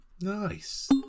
Nice